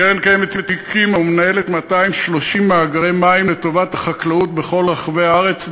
קרן קיימת הקימה ומנהלת 230 מאגרי מים לטובת החקלאות בכל רחבי הארץ,